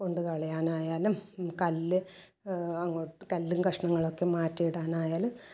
കൊണ്ട് കളയാനായാലും കല്ല് അങ്ങോ കല്ലും കഷ്ണങ്ങൾ ഒക്കെ മാറ്റിയിടാനായാലും